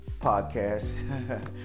podcast